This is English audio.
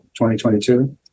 2022